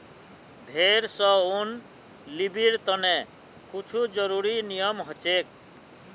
भेड़ स ऊन लीबिर तने कुछू ज़रुरी नियम हछेक